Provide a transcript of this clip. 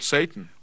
Satan